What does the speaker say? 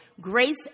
Grace